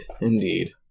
Indeed